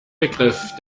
begriff